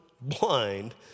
blind